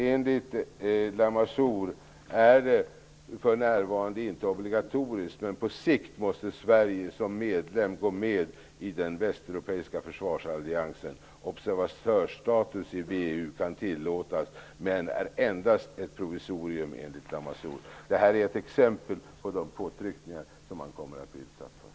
Enligt Lamassoure är det för närvarande inte obligatoriskt, men på sikt måste Sverige som medlem gå med i den Västeuropeiska försvarsalliansen. Observatörsstatus i VEU kan tillåtas men är enligt Lamassoure endast ett provisorium. Detta är ett exempel på de påtryckningar som man kommer att bli utsatt för.